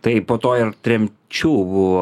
tai po to ir tremčių buvo